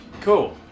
Cool